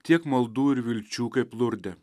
tiek maldų ir vilčių kaip lurde